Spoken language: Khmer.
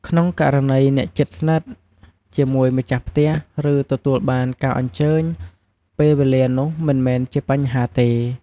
ក្នុងករណី អ្នកជិតស្និតជាមួយម្ចាស់ផ្ទះ ឬ ទទួលបានការអញ្ជើញ ពេលវេលានោះមិនមែនជាបញ្ហាទេ។